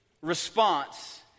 response